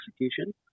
execution